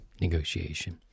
negotiation